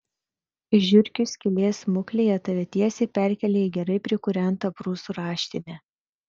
iš žiurkių skylės smuklėje tave tiesiai perkelia į gerai prikūrentą prūsų raštinę